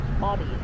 body